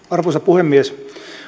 arvoisa puhemies